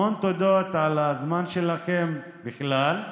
המון תודות על הזמן שלכם בכלל,